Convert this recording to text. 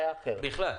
בכלל.